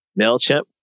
MailChimp